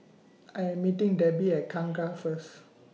I Am meeting Debi At Kangkar First